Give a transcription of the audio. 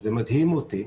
זה מדהים אותי,